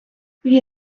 він